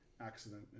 accident